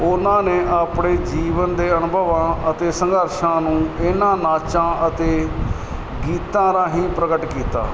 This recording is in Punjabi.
ਉਹਨਾਂ ਨੇ ਆਪਣੇ ਜੀਵਨ ਦੇ ਅਨੁਭਵਾਂ ਅਤੇ ਸੰਘਰਸ਼ਾਂ ਨੂੰ ਇਹਨਾਂ ਨਾਚਾਂ ਅਤੇ ਗੀਤਾਂ ਰਾਹੀਂ ਪ੍ਰਗਟ ਕੀਤਾ